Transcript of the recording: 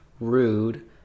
rude